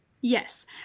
Yes